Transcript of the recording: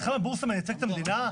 מתחם הבורסה מייצג את המדינה?